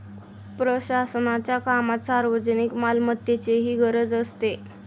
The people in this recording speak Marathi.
प्रशासनाच्या कामात सार्वजनिक मालमत्तेचीही गरज असते